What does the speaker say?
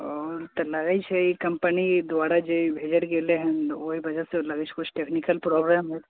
ओ तऽ रहय छै ई कम्पनी द्वारा जे बिगड़ि गेलै हन ओइ वजहसँ लगय छै किछु टेक्निकल प्रॉबलम हेतय